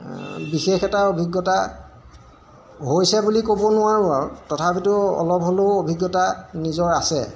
বিশেষ এটা অভিজ্ঞতা হৈছে বুলি ক'ব নোৱাৰোঁ আৰু তথাপিতো অলপ হ'লেও অভিজ্ঞতা নিজৰ আছে